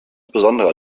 besonderer